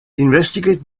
investigate